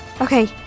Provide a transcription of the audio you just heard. Okay